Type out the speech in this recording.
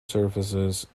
surfaces